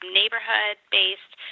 neighborhood-based